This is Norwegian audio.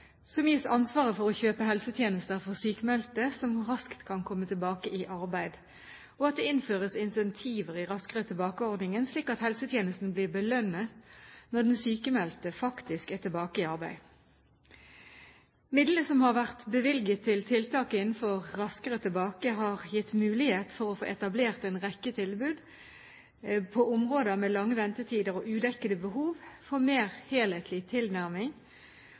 som gis ansvaret for å kjøpe helsetjenester for sykmeldte som raskt kan komme tilbake i arbeid, og at det innføres incentiver i Raskere tilbake-ordningen, slik at helsetjenesten blir belønnet når den sykmeldte faktisk er tilbake i arbeid. Midlene som har vært bevilget til tiltak innenfor Raskere tilbake, har gitt mulighet for å få etablert en rekke tilbud på områder med lange ventetider og udekkede behov for mer helhetlig tilnærming.